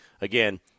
again